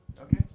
Okay